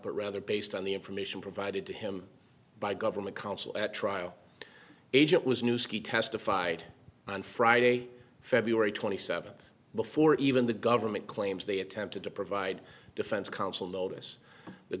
but rather based on the information provided to him by government counsel at trial agent was new ski testified on friday feb twenty seventh before even the government claims they attempted to provide defense counsel notice the